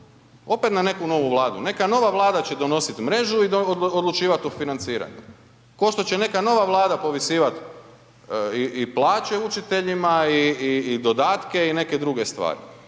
opet na neku novu Vladu, neka nova Vlada će donosit mrežu i odlučivat o financiranju košto će neka nova Vlada povisivat i plaće učiteljima i, i, i dodatke i neke druge stvari,